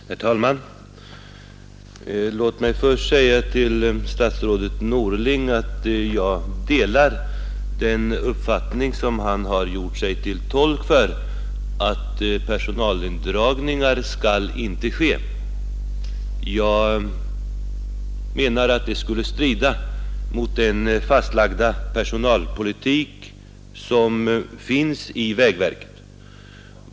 Herr talman! Låt mig först säga till statsrådet Norling att jag delar den uppfattning som han har gjort sig till tolk för, nämligen att personalindragningar inte skall ske. Jag menar att de skulle strida mot den fastlagda personalpolitik som bedrivs i vägverket.